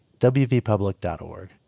wvpublic.org